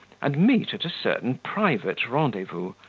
and meet at a certain private rendezvous,